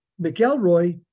McElroy